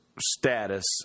status